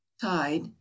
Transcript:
Tide